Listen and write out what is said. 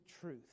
truth